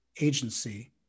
agency